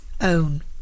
own